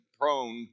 prone